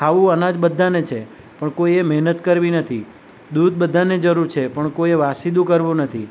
ખાવું અનાજ બધાને છે પણ કોઈએ મહેનત કરવી નથી દૂધ બધાંને જરૂર છે પણ કોઈએ વાસિદું કરવું નથી